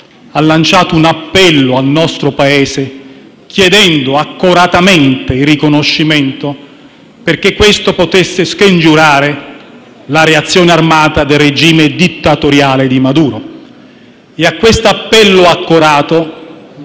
ha lanciato un appello al nostro Paese, chiedendo accoratamente il riconoscimento perché questo potesse scongiurare la reazione armata del regime dittatoriale di Maduro. E a questo appello accorato